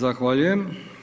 Zahvaljujem.